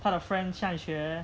他的 friend 上学